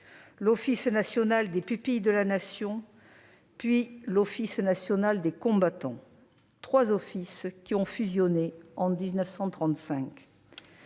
l'Office national des pupilles de la Nation, puis l'Office national des combattants. Ces trois offices ont fusionné en 1935.